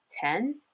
ten